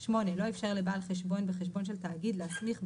לא איפשר לבעל חשבון בחשבון של תאגיד להסמיך,